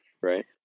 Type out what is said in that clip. Right